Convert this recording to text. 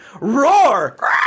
Roar